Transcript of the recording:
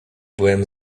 byłem